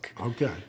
Okay